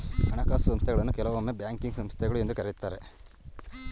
ಹಣಕಾಸು ಸಂಸ್ಥೆಗಳನ್ನು ಕೆಲವೊಮ್ಮೆ ಬ್ಯಾಂಕಿಂಗ್ ಸಂಸ್ಥೆಗಳು ಎಂದು ಕರೆಯುತ್ತಾರೆ